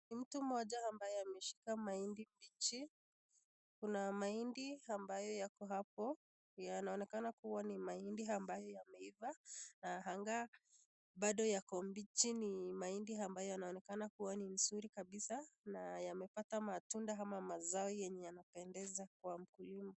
Mtu mmoja ambaye ameshika mahindi mbichi. Kuna mahindi ambayo yako hapo yanaonekana kuwa ni mahindi ambayo yameiva na angaa bado yako mbichi ni mahindi ambayo yanaonekana kuwa ni mzuri kabisa na yamepata matunda ama mazao yenye yanapendeza kwa mkulima.